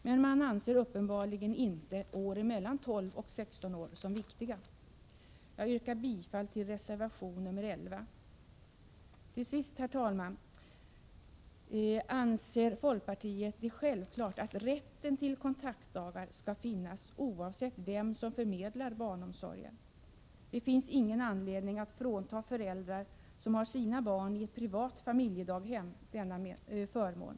Men man anser uppenbarligen inte åren mellan 12 och 16 år som viktiga. Jag yrkar bifall till reservation nr 11. Herr talman! Folkpartiet anser det självklart att rätten till kontaktdagar skall finnas oavsett vem som förmedlar barnomsorgen. Det finns ingen anledning att frånta föräldrar som har sina barn i ett privat familjedaghem denna förmån.